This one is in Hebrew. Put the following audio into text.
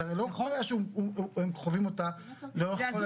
זו לא הרי חוויה שהם חווים אותה לאורך כל הזמן.